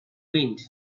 wind